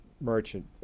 merchant